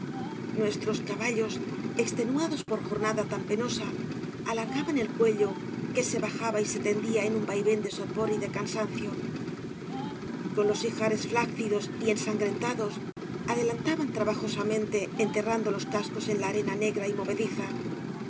nuestros caballos extenuados por jornada tan penosa alargaban el cuello que se bajaba y se tendía en un vaivén de sopor y de cansancio con los ijares flácidos y ensangrentados adelantaban trabajosamente enterrando los cascos en la arena negra y movediza